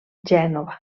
gènova